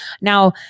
Now